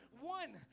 one